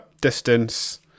distance